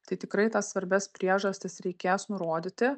tai tikrai tas svarbias priežastis reikės nurodyti